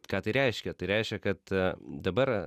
ką tai reiškia tai reiškia kad dabar